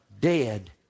dead